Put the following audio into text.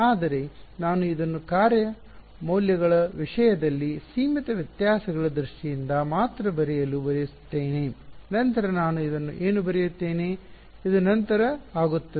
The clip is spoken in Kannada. ಆದರೆ ನಾನು ಇದನ್ನು ಕಾರ್ಯ ಮೌಲ್ಯಗಳ ವಿಷಯದಲ್ಲಿ ಸೀಮಿತ ವ್ಯತ್ಯಾಸಗಳ ದೃಷ್ಟಿಯಿಂದ ಮಾತ್ರ ಬರೆಯಲು ಬಯಸುತ್ತೇನೆ ನಂತರ ನಾನು ಇದನ್ನು ಏನು ಬರೆಯುತ್ತೇನೆ ಇದು ನಂತರ ಆಗುತ್ತದೆ